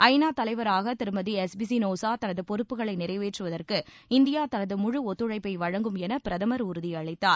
ஐநா தலைவராக திருமதி எஸ்பினோசா தனது பொறப்புகளை நிறைவேற்றுவதற்கு இந்தியா தனது முழு ஒத்துழைப்பை வழங்கும் என பிரதமர் உறுதியளித்தார்